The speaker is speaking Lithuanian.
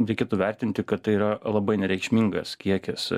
reikėtų vertinti kad tai yra labai nereikšmingas kiekis